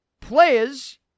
players